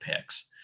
picks